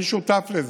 אני שותף לזה.